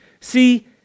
See